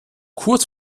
kurz